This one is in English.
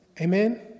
Amen